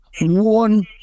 one